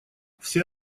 все